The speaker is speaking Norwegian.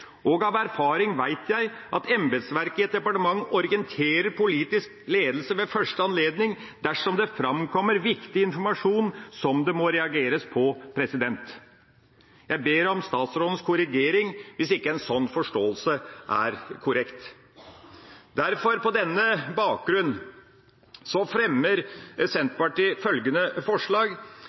og av erfaring vet jeg at embetsverket i et departement orienterer politisk ledelse ved første anledning dersom det framkommer viktig informasjon som det må reageres på. Jeg ber om statsrådens korrigering hvis en sånn forståelse ikke er korrekt. På denne bakgrunn fremmer derfor Senterpartiet følgende forslag: